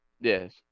yes